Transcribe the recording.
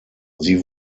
sie